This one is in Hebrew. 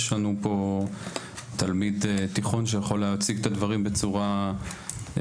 יש לנו פה תלמיד תיכון שיכול להציג את הדברים בצורה מיטבית.